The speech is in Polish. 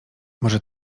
może